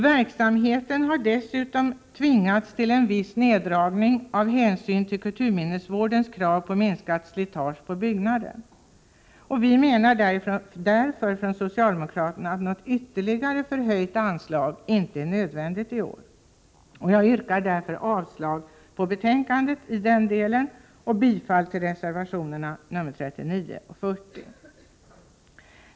Verksamheten har dessutom tvingats till en viss neddragning av hänsyn till kulturminnesvårdens krav på minskat slitage på byggnaden. Vi socialdemokrater menar därför att något ytterligare förhöjt anslag inte är nödvändigt iår. Jag yrkar därför avslag på hemställan i betänkandet i denna del och bifall till reservationerna 39 och 40.